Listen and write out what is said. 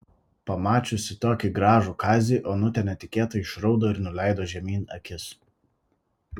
pamačiusi tokį gražų kazį onutė netikėtai išraudo ir nuleido žemyn akis